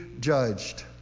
judged